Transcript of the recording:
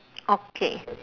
okay